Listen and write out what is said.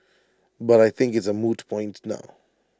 but I think it's A moot point now